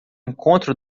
encontro